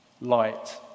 light